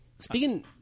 Speaking